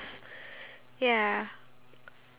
wait but the cow is alive